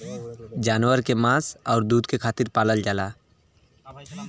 जानवर के मांस आउर दूध के खातिर पालल जाला